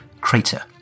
Crater